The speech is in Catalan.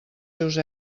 seus